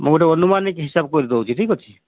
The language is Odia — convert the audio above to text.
ମୁଁ ଗୋଟେ ଅନୁମାନିକ ହିସାବ କରିଦେଉଛି ଠିକ୍ ଅଛି